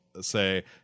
say